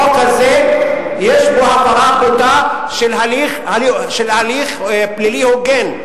החוק הזה יש בו הפרה בוטה של הליך פלילי הוגן.